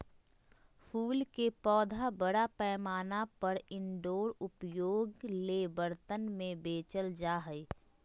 फूल के पौधा बड़ा पैमाना पर इनडोर उपयोग ले बर्तन में बेचल जा हइ